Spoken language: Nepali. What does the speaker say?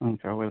हुन्छ वेलकम